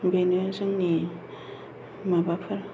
बेनो जोंनि माबाफोर